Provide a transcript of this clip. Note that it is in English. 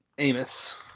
Amos